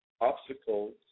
obstacles